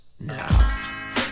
now